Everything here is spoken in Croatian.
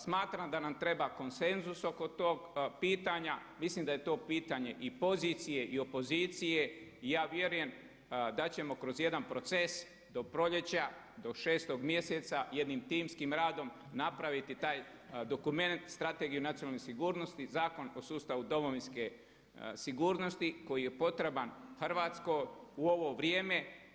Smatram da nam treba konsenzus oko tog pitanja, mislim da je to pitanje i pozicije i opozicije i ja vjerujem da ćemo kroz jedan proces do proljeća, do 6. mjeseca jednim timskim radom napraviti taj dokument, Strategiju nacionalne sigurnosti, Zakon o sustavu domovinske sigurnosti koji je potreban Hrvatskoj u ovo vrijeme.